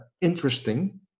interesting